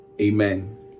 Amen